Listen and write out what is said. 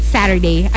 Saturday